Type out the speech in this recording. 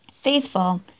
faithful